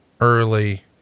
early